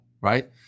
right